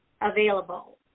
available